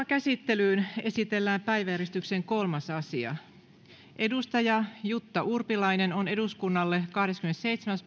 käsittelyyn esitellään päiväjärjestyksen kolmas asia jutta urpilainen on eduskunnalle kahdeskymmenesseitsemäs